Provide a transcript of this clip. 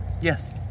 Yes